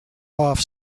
off